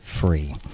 free